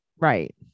Right